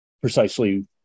Precisely